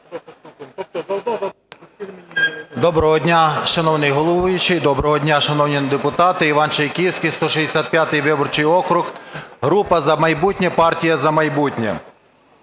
Доброго дня, шановний головуючий. Доброго дня, шановні депутати. Іван Чайківський, 165 виборчий округ, група "За майбутнє", "Партія "За майбутнє".